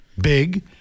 Big